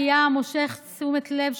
ותועבר להמשך דיון בוועדת העבודה